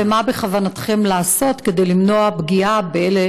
ומה בכוונתכם לעשות כדי למנוע פגיעה באלה